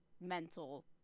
mental